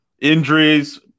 injuries